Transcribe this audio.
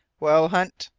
well, hunt?